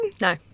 No